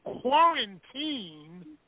quarantine